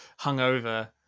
hungover